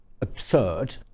absurd